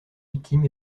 victime